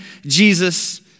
Jesus